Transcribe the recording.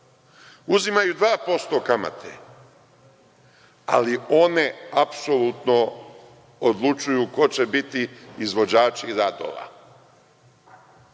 uzimaju 2% kamate, ali one apsolutno odlučuju ko će biti izvođači radova